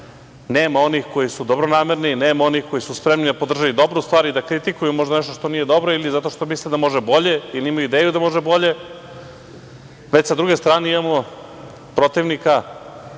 nema onih koji su dobronamerni, nema onih koji su spremni da podrže dobru stvar i da kritikuju možda nešto što nije dobro ili zato što misle da može bolje ili imaju ideju da može bolje, već sa druge strane imamo protivnika,